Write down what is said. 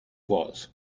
was